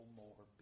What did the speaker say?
more